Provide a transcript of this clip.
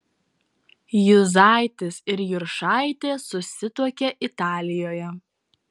juzaitis ir juršaitė susituokė italijoje